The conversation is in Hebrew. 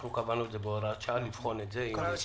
אנחנו קבענו את זה בהוראת שעה כדי לבחון את זה אם זה הצליח,